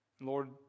Lord